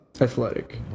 athletic